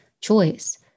choice